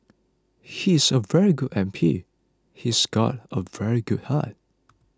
he's a very good M P he's got a very good heart